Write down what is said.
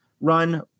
run